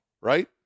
right